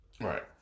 Right